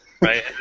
Right